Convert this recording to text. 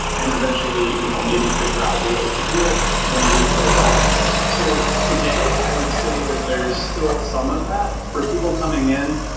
and eventually, you know maybe figure out a way to do it or maybe hit a wall so today, i would say that there's still some of that for people coming in.